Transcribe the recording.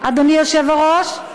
אדוני היושב-ראש.